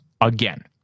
again